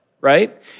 right